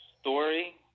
story